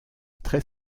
très